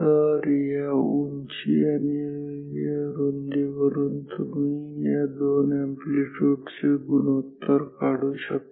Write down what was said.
तर या उंची आणि रुंदी वरून तुम्ही या दोन अॅम्प्लीट्यूड चे गुणोत्तर काढू शकता